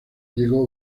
llegó